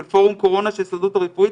של פורום קורונה של ההסתדרות הרפואית,